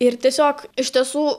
ir tiesiog iš tiesų